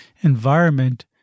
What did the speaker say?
environment